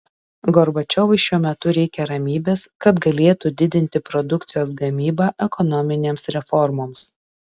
gorbačiovui šiuo metu reikia ramybės kad galėtų didinti produkcijos gamybą ekonominėms reformoms